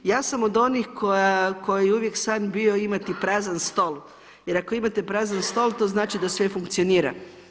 Ja sam od onih kojoj je uvijek san bio imati prazan stol, jer ako imate prazan stol to znači da sve funkcionira.